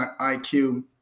IQ